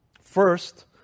First